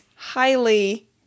Highly